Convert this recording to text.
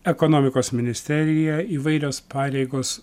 ekonomikos ministerija įvairios pareigos